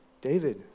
David